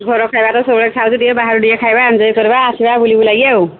ଘର ଖାଇବା ତ ସହୁବେଳେ ଖାଉଛେ ଟିକେ ବାହାରୁ ଟିକେ ଖାଇବା ଏନ୍ଜଏ କରିବା ଆସିବା ବୁଲି ବୁଲାକି ଆଉ